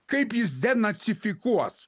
kaip jis denacifikuos